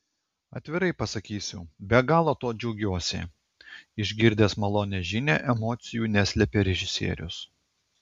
atvirai pasakysiu be galo tuo džiaugiuosi išgirdęs malonią žinią emocijų neslėpė režisierius